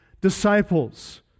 disciples